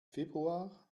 februar